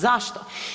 Zašto?